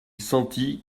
sentit